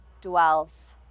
dwells